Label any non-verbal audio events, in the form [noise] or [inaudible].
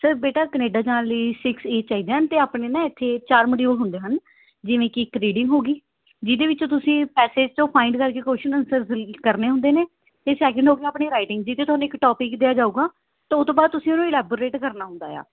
sir ਬੇਟਾ Canada ਜਾਣ ਲਈ ਸਿਕਸ ਈ ਚਾਹੀਦੇ ਹਨ ਅਤੇ ਆਪਣੇ ਨਾ ਏਥੇ ਚਾਰ ਮੋਡੀਊਲਸ ਹੁੰਦੇ ਹਨ ਜਿਵੇਂਂ ਕੀ ਇੱਕ ਰੀਡਿੰਗ ਹੋਗੀ ਜਿਹਦੇ ਵਿੱਚੋਂ ਤੁਸੀਂ ਪੈਸੇਜ਼ 'ਚੋਂ ਫਾਈਂਡ ਕਰਕੇ ਕੁਐਸ਼ਨ ਐਨਸੇਅਰਜ਼ [unintelligible] ਕਰਨੇ ਹੁੰਦੇ ਨੇ ਅਤੇ ਸੈਕਿੰਡ ਹੋਗਿਆ ਆਪਣੀ ਰਾਈਟਿੰਗ ਜਿਹਦੇ 'ਚ ਤੁਹਾਨੂੰ ਇੱਕ ਟੋਪਿਕ ਦਿੱਤਾ ਜਾਊਂਗਾ ਤੋਂ ਓਹਤੋ ਬਾਅਦ ਤੁਸੀਂ ਉਹਨੂੰ ਇਲੈਬੋਰੇਟ ਕਰਨਾ ਹੁੰਦਾ ਹੈ